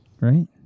Right